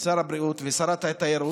שר הבריאות, ושרת התיירות,